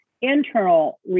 internal